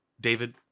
david